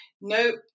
no